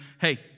hey